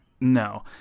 No